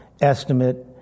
estimate